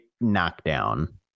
knockdown